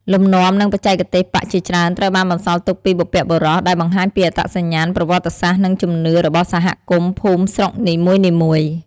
លំនាំ និងបច្ចេកទេសប៉ាក់ជាច្រើនត្រូវបានបន្សល់ទុកពីបុព្វបុរស ដែលបង្ហាញពីអត្តសញ្ញាណ ប្រវត្តិសាស្ត្រ និងជំនឿរបស់សហគមន៍ ភូមិ ស្រុកនីមួយៗ។